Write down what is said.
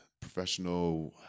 professional